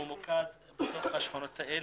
עוני.